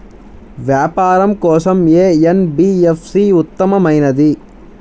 వ్యాపారం కోసం ఏ ఎన్.బీ.ఎఫ్.సి ఉత్తమమైనది?